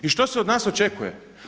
I što se od nas očekuje?